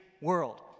world